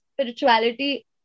spirituality